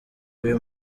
uyu